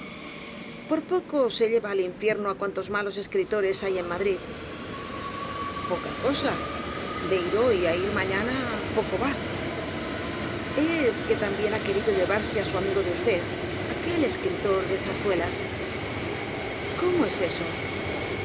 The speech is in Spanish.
por poco se lleva al infierno á cuantos malos escritores hay en madrid poca cosa de ir hoy á ir mañana poco va es que también ha querido llevarse á su amigo de usted aquel escritor de zarzuelas cómo es eso